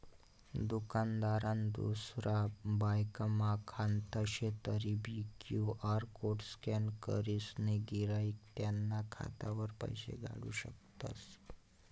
दुकानदारनं दुसरा ब्यांकमा खातं शे तरीबी क्यु.आर कोड स्कॅन करीसन गिराईक त्याना खातावर पैसा धाडू शकतस